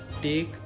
Take